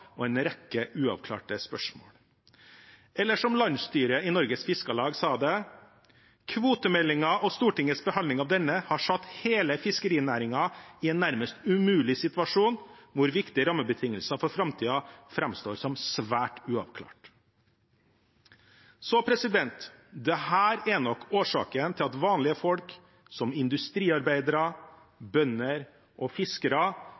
og en rekke uavklarte spørsmål. Eller som landsstyret i Norges Fiskarlag sa det: «Kvotemeldingen og Stortingets behandling av denne har satt hele fiskerinæringen i en nærmest umulig situasjon hvor viktige rammebetingelser for framtida fremstår som svært uavklarte.» Dette er nok årsaken til at vanlige folk, som industriarbeidere, bønder og fiskere